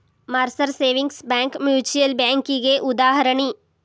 Mercer savings bank mutual ಬ್ಯಾಂಕಿಗಿ ಉದಾಹರಣಿ